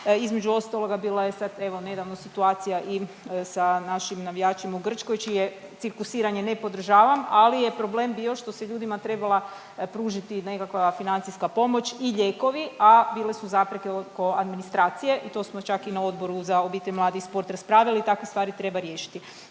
Između ostaloga bila je sad evo nedavno situacija i sa našim navijačima u Grčkoj čije cirkusiranje ne podržavam, ali je problem bio što se ljudima trebala pružiti nekakva financijska pomoć i lijekovi, a bile su zapreke oko administracije i to smo čak i na Odboru za obitelj, mlade i sport raspravili i takve stvari treba riješiti.